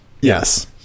yes